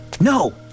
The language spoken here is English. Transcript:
no